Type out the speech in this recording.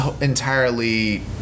entirely